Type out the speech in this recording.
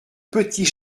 petits